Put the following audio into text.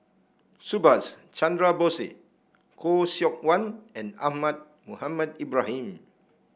Subhas Chandra Bose Khoo Seok Wan and Ahmad Mohamed Ibrahim